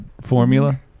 formula